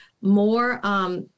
more